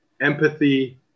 empathy